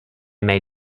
may